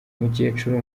mukecuru